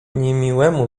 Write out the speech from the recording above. niemiłemu